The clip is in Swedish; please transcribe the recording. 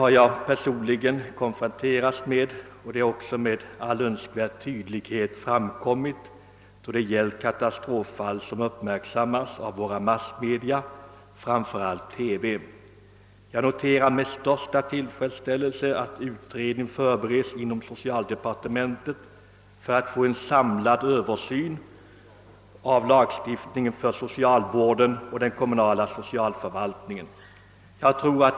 Jag har personligen konfronterats med exempel härpå, och det har även med all önskvärd tydlighet framgått av katastroffall som uppmärksammats i massmedia, framför allt TV. Jag noterar med största tillfredsställelse att en utredning förbereds inom socialdepartementet för att få en samlad översyn av lagstiftningen för socialvården och den kommunala socialförvaltningen.